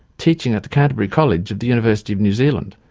teaching at the canterbury college of the university of new zealand,